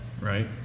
right